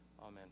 Amen